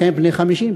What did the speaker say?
אתם בני 50,